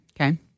Okay